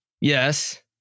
Yes